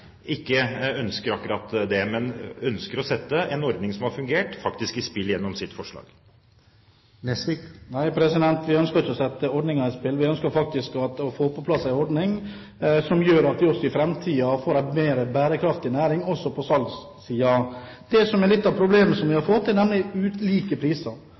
ikke ønsker akkurat det, men ønsker å sette en ordning som har fungert, faktisk i spill gjennom sitt forslag. Nei, vi ønsker ikke å sette ordningen i spill. Vi ønsker faktisk å få på plass en ordning som gjør at vi i framtiden får en mer bærekraftig næring også på salgssiden. Det som er litt av problemet, er at vi har fått ulike priser.